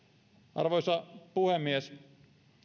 arvoisa puhemies